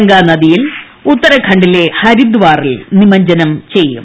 ഗംഗാനദിയിൽ ഉത്തരാഖണ്ഡിലെ ഹരിദ്വാറിൽ നിമജ്ജനം ചെയ്യും